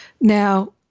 Now